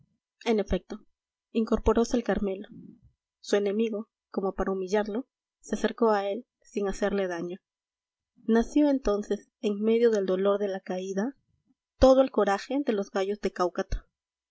en efecto incorporóse el carmelo su enemigo como para humillarlo se acercó a él sin hacerle daño nació entonces en medio del dolor de la caída todo el coraje de los gallos de